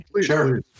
Sure